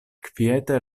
kviete